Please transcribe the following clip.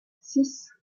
six